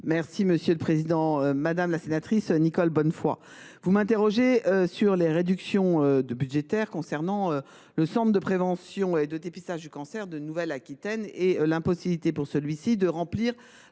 Mme la ministre déléguée. Madame la sénatrice Nicole Bonnefoy, vous m’interrogez sur les réductions budgétaires concernant le centre de prévention et de dépistage des cancers de Nouvelle Aquitaine, ainsi que sur l’impossibilité pour celui ci de remplir